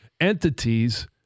entities